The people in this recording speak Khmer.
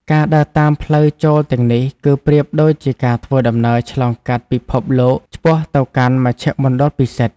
ការដើរតាមផ្លូវចូលទាំងនេះ គឺប្រៀបដូចជាការធ្វើដំណើរឆ្លងកាត់ពិភពលោកឆ្ពោះទៅកាន់មជ្ឈមណ្ឌលពិសិដ្ឋ។